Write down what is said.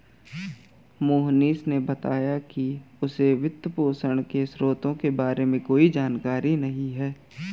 मोहनीश ने बताया कि उसे वित्तपोषण के स्रोतों के बारे में कोई जानकारी नही है